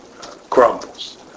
crumbles